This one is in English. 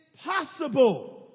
possible